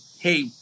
hey